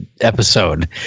episode